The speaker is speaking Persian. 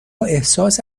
احساس